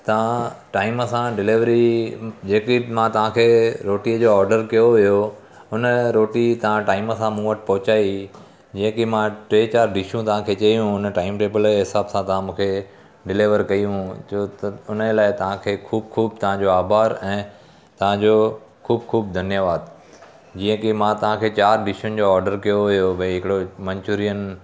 तव्हां टाइम सां डिलीवरी जेकी मां तव्हांखे रोटीअ जो ऑडर कयो हुयो उन रोटी तव्हां टाइम सां मूं वटि पहुचाई जीअं की मां टे चारि डिशूं तव्हांखे चयूं हुन टाइम ते भले हिसाब सां तव्हां मूंखे डिलीवर कयूं जो त हुन लाइ तव्हांखे ख़ूब ख़ूब तव्हांजो आभार ऐं तव्हांजो ख़ूब ख़ूब धन्यवाद जीअं की मां तव्हांखे चारि डिशुनि जो ऑडर कयो हुयो भाई हिकिड़ो मंचुरियन